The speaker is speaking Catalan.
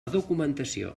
documentació